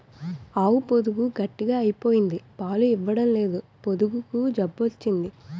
ఆవు పొదుగు గట్టిగ అయిపోయింది పాలు ఇవ్వడంలేదు పొదుగు జబ్బు వచ్చింది